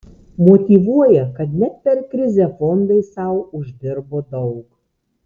motyvuoja kad net per krizę fondai sau uždirbo daug